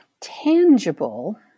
Tangible